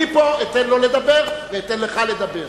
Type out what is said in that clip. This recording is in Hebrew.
אני פה אתן לו לדבר ואתן לך לדבר.